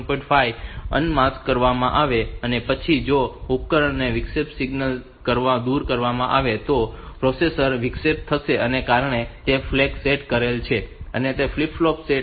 5 unmask કરવામાં આવશે પછી જો ઉપકરણનો વિક્ષેપ સિગ્નલ દૂર કરવામાં આવે તો પણ પ્રોસેસર વિક્ષેપિત થશે કારણ કે તે ફ્લેગ સેટ કરેલ છે તે ફ્લિપ ફ્લોપ સેટ છે